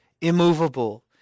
immovable